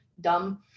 Dumb